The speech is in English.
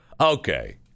okay